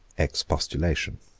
expostulation.